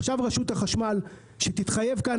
עכשיו צריך שרשות החשמל תתחייב כאן,